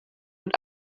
mit